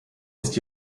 ist